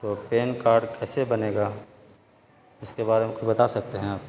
تو PAN card کیسے بنے گا اس کے بارے میں کچھ بتا سکتے ہیں آپ